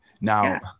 Now